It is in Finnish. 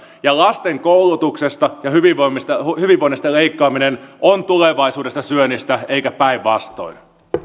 ja lasten koulutuksesta ja hyvinvoinnista hyvinvoinnista leikkaaminen on tulevaisuudesta syömistä eikä päinvastoin